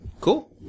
cool